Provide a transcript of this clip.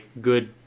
good